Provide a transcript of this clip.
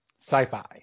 sci-fi